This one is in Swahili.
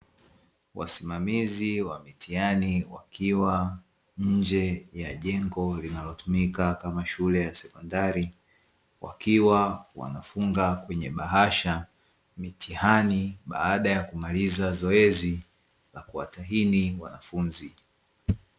Wasimamizi wa mitihani wakiwa nje ya jengo linalotumika kwa kufanyia mitihani, wakiwa wanafunga mitihani kwenye bahasha baada ya kumaliza zoezi la kuwatahini wanafunzi.